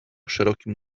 szerokim